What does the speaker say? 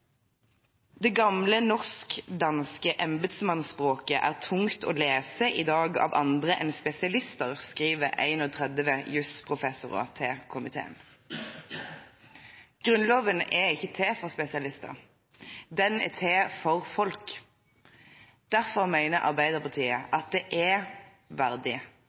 Det gamle norsk-danske embetsmannsspråket er tungt å lese i dag av andre enn spesialister, skriver 31 jusprofessorer til komiteen. Grunnloven er ikke til for spesialister – den er til for folk. Derfor mener Arbeiderpartiet at det er verdig,